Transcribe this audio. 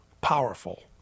powerful